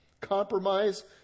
compromise